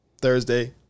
Thursday